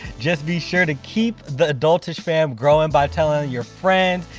just be sure to keep the adult ish fam growing by telling your friends,